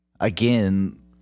again